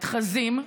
מתחזים.